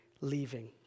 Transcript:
leaving